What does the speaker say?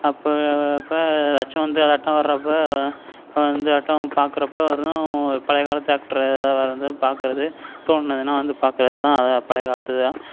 அப்போ அப்போ ஏதாச்சும் வந்து அதாட்டம் வர்றப்போ வந்து இதாட்டம் பார்க்கறப்ப வெறும் பழைய காலத்து ஆக்டரு எதாது வேற வந்து பார்க்கறது தோண்னதுனால் வந்து பார்க்கறது தான் அதை பழைய காலத்து தான்